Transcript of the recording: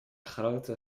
grootte